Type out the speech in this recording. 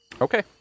Okay